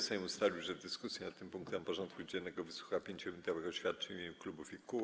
Sejm ustalił, że w dyskusji nad tym punktem porządku dziennego wysłucha 5-minutowych oświadczeń w imieniu klubów i kół.